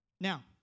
Now